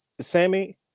Sammy